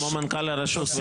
כמו מנכ"ל רשות,